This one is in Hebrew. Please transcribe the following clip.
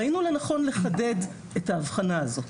ראינו לנכון לחדד את ההבחנה הזאת.